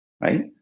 right